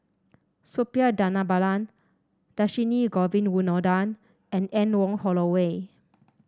Suppiah Dhanabalan Dhershini Govin Winodan and Anne Wong Holloway